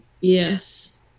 Yes